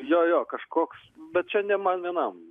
jo jo kažkoks bet čia ne man vienam